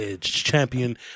champion